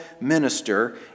minister